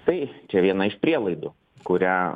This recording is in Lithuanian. tai čia viena iš prielaidų kurią